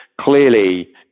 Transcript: clearly